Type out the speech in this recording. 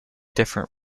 different